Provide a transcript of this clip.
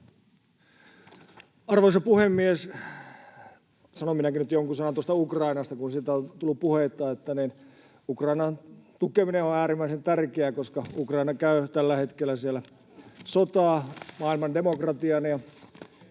Arvoisa puhemies! Sanon minäkin nyt jonkun sanan tuosta Ukrainasta, kun siitä on tullut puhetta. Ukrainan tukeminen on äärimmäisen tärkeää, koska Ukraina käy tällä hetkellä sotaa maailman demokratian,